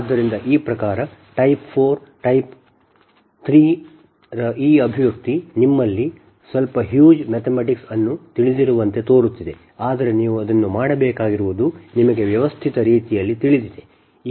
ಆದ್ದರಿಂದ ಈ ಪ್ರಕಾರ type 4 type 3 ರ ಈ ಅಭಿವ್ಯಕ್ತಿ ನಿಮ್ಮಲ್ಲಿ ಸ್ವಲ್ಪ ಹ್ಯುಜ್ ಮ್ಯಾಥೆಮ್ಯಾಟಿಕ್ಸ್ ಅನ್ನು ತಿಳಿದಿರುವಂತೆ ತೋರುತ್ತಿದೆ ಆದರೆ ನೀವು ಅದನ್ನು ಮಾಡಬೇಕಾಗಿರುವುದು ನಿಮಗೆ ವ್ಯವಸ್ಥಿತ ರೀತಿಯಲ್ಲಿ ತಿಳಿದಿದೆ